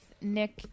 nick